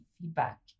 feedback